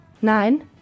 nein